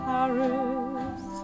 Paris